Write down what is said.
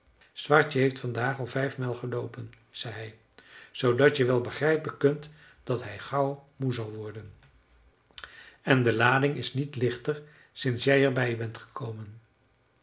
zwartje heeft vandaag al vijf mijl geloopen zei hij zoodat je wel begrijpen kunt dat hij gauw moe zal worden en de lading is niet lichter sinds jij er bij bent gekomen